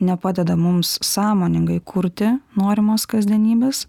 nepadeda mums sąmoningai kurti norimos kasdienybės